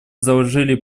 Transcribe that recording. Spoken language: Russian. заложили